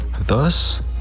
Thus